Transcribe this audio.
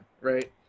right